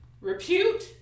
repute